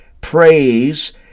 praise